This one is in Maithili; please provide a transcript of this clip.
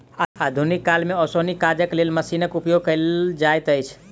आधुनिक काल मे ओसौनीक काजक लेल मशीनक उपयोग कयल जाइत अछि